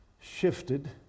shifted